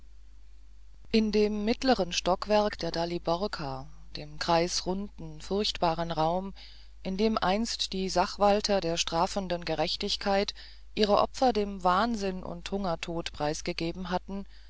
in dem mittleren stockwerk der daliborka dem kreisrunden furchtbaren raum in dem einst die sachwalter der strafenden gerechtigkeit ihre opfer dem wahnsinn und hungertod preisgegeben hatten